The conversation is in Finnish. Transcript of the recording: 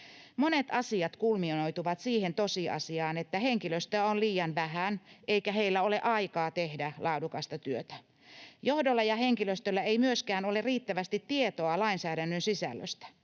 Monet asiat kulminoituvat siihen tosiasiaan, että henkilöstöä on liian vähän eikä heillä ole aikaa tehdä laadukasta työtä. Johdolla ja henkilöstöllä ei myöskään ole riittävästi tietoa lainsäädännön sisällöstä.